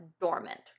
dormant